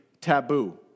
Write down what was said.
taboo